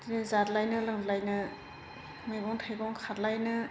जाद्लायनो लोंद्लायनो मैगं थाइगं खाद्लायनो